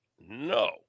No